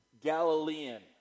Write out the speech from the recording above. Galilean